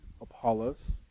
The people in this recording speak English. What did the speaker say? Apollos